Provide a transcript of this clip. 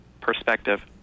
perspective